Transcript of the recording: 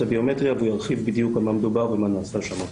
ביומטריה והוא ירחיב בדיוק על מה מדובר ומה נעשה שם.